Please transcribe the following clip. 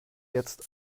jetzt